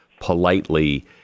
politely